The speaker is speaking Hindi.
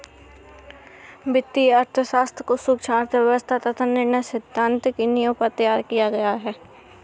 वित्तीय अर्थशास्त्र को सूक्ष्म अर्थशास्त्र तथा निर्णय सिद्धांत की नींव पर तैयार किया गया है